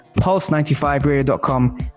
Pulse95Radio.com